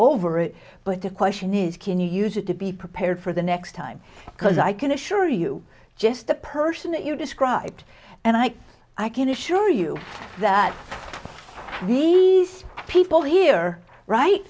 over it but the question is can you use it to be prepared for the next time because i can assure you just the person that you described and i i can assure you that these people here right